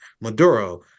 Maduro